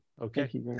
Okay